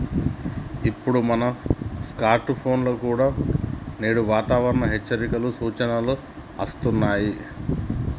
ఇప్పుడు మన స్కార్ట్ ఫోన్ల కుండా నేడు వాతావరణ హెచ్చరికలు, సూచనలు అస్తున్నాయి